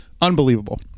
Unbelievable